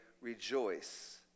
rejoice